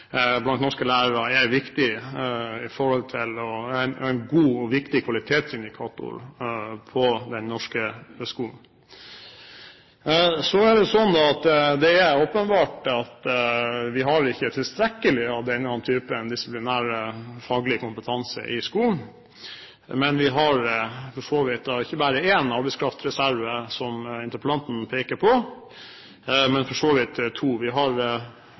blant norske lærere er en god og viktig kvalitetsindikator på den norske skolen. Det er åpenbart at vi ikke har tilstrekkelig av denne typen disiplinærfaglig kompetanse i skolen, og vi har ikke bare én arbeidskraftreserve, som interpellanten peker på, men for så vidt to: Vi har